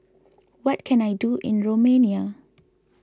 what can I do in Romania